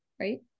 right